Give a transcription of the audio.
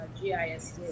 GISD